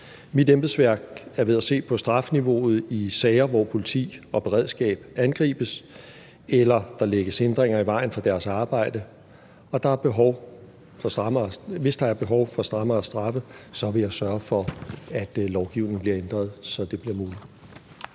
Mit embedsværk er ved at se på strafniveauet i sager, hvor politi eller beredskab angribes eller der lægges hindringer i vejen for deres arbejde, og hvis der er behov for strammere straffe, vil jeg sørge for, at lovgivningen bliver ændret, så det bliver muligt.